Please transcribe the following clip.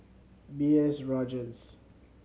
B S Rajhans